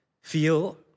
feel